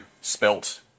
spelt